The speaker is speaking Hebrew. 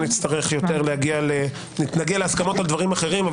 ונגיע להסכמות על דברים אחרים,